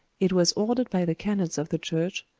it was ordered by the canons of the church,